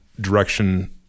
direction